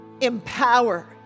Empower